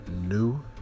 new